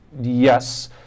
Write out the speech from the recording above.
Yes